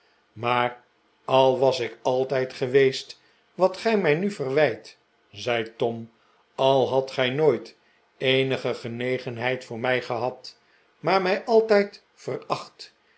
maar al was ik altijd geweest wat gij mij nu verwijt zei tom al hadt gij nooit eenige genegenheid voor mij gehad maar mij altijd veracht